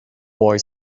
boy